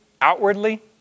outwardly